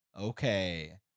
Okay